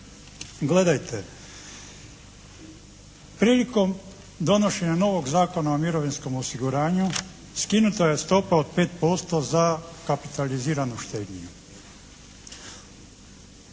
Gledajte, prilikom donošenja novog Zakona o mirovinskom osiguranju skinuta je stopa od 5% za kapitaliziranju štednju.